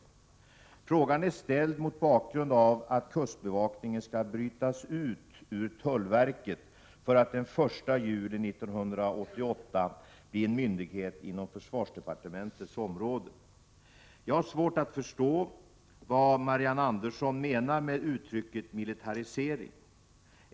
11 februari 1988 Frågan är ställd mot bakgrund av att kustbevakningen skall brytas ut ur tullverket för att den 1 juli 1988 bli en myndighet inom försvarsdepartementets område. Jag har svårt att förstå vad Marianne Andersson menar med uttrycket militarisering.